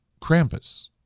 Krampus